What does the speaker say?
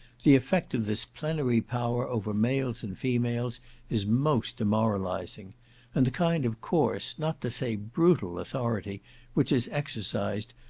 the effect of this plenary power over males and females is most demoralising and the kind of coarse, not to say brutal, authority which is exercised,